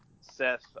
Seth